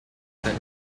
that